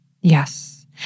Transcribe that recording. Yes